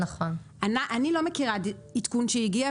אני לא מכירה עדכון שהגיע,